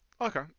Okay